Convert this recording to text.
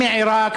מעיראק,